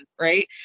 Right